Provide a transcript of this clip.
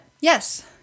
Yes